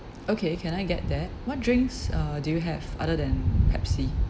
okay can I get that what drinks uh do you have other than Pepsi